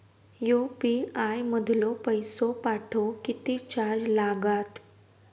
UPI मधलो पैसो पाठवुक किती चार्ज लागात?